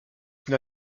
une